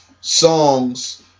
songs